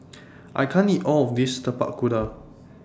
I can't eat All of This Tapak Kuda